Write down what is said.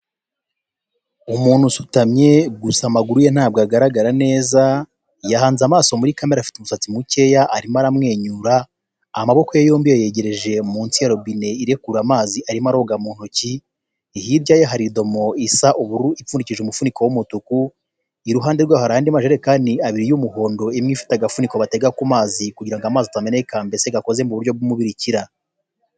Umuntu usutamye gusa amaguru ye ntabwo agaragara neza, yahanze amaso muri kamere afite umusatsi mukeya arimo aramwenyura, amaboko ye yombi yayegereje munsi ya robine irekura amazi arimo aroga mu ntoki, hirya ye hari idomoro isa ubururu ipfundikije umufuniko w'umutuk, iruhande rw'aho hari ayandi majerekani abiri y'umuhondo, imwe ifite agafuniko batega ku mazi kugira ngo amazi atameneneka mbese gakoze mu buryo bw'umubirikira.